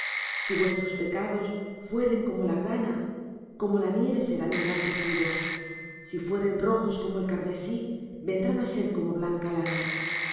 si vuestros pecados fueren como la grana como la nieve serán emblanquecidos si fueren rojos como el carmesí vendrán á ser como blanca lana